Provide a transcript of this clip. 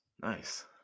Nice